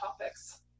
topics